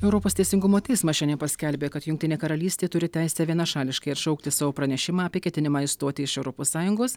europos teisingumo teismas šiandien paskelbė kad jungtinė karalystė turi teisę vienašališkai atšaukti savo pranešimą apie ketinimą išstoti iš europos sąjungos